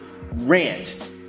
rant